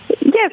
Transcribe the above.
Yes